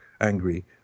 angry